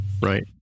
Right